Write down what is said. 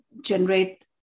generate